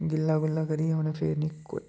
गिल्ला गुल्ला करियै मतलब फेरनी कुट्ट